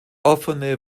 offene